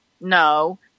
No